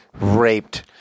raped